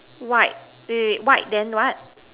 white wait wait wait white then what